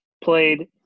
played